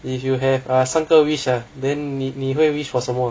if you have uh 三个 wish lah then 你你会 wish for 什么